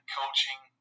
coaching